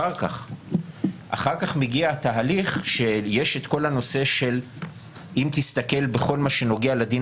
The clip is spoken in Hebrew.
אחר כך מגיע תהליך בו יש - אם תסתכל בכל מה שנוגע לדין